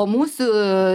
o mūsų